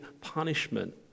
punishment